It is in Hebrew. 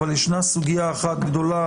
אבל יש סוגיה אחת גדולה,